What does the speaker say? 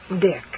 Dick